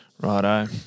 Righto